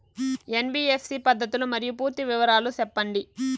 NBFC పద్ధతులు మరియు పూర్తి వివరాలు సెప్పండి?